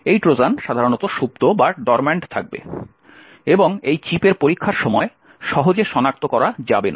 এই ট্রোজান সাধারণত সুপ্ত থাকবে এবং এই চিপের পরীক্ষার সময় সহজে সনাক্ত করা যাবে না